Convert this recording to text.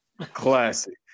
Classic